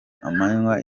amanywa